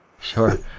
Sure